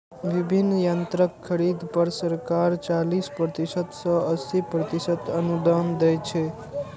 विभिन्न यंत्रक खरीद पर सरकार चालीस प्रतिशत सं अस्सी प्रतिशत अनुदान दै छै